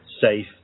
safe